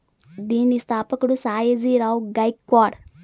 దీని స్థాపకుడు సాయాజీ రావ్ గైక్వాడ్